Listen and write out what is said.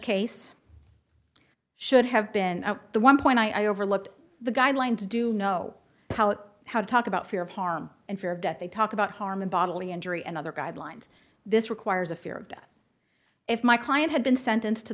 case should have been the one point i overlooked the guidelines do know how to talk about fear of harm and fear of death they talk about harm and bodily injury and other guidelines this requires a fear of death if my client had been sentenced to